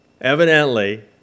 Evidently